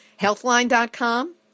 Healthline.com